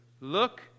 Look